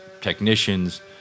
technicians